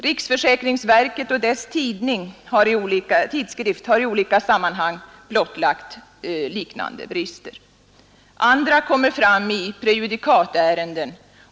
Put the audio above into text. Riksförsäkringsverket och sammanhang blottlagt liknande brister. Andra ärenden och i försäkringssammanhang.